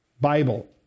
Bible